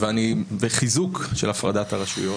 הרשויות וחיזוק של הפרדת הרשויות.